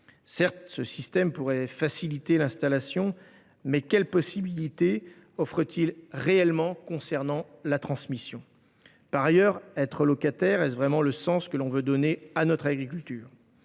Certes, ce système pourrait faciliter l’installation, mais quelle possibilité offre t il réellement concernant la transmission ? Par ailleurs, être locataire, est ce vraiment le sens que l’on veut donner à notre agriculture ?